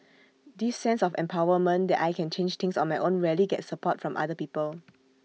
this sense of empowerment that I can change things on my own rarely gets support from other people